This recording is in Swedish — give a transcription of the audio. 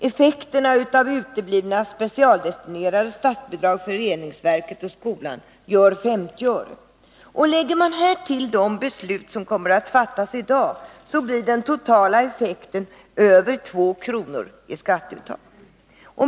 Effekterna av uteblivna specialdestinerade statsbidrag för reningsverket och skolan gör 50 öre. Tillsammans med de beslut som kommer att fattas i dag ger detta en total effekt på över 2 kr. i skatteuttag.